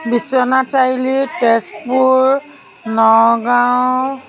Biswanath Chariali Tezpur Nagaon